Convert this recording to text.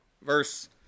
Verse